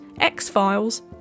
X-Files